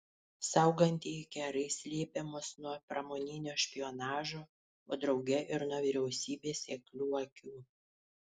saugantieji kerai slėpė mus nuo pramoninio špionažo o drauge ir nuo vyriausybės seklių akių